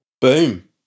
Boom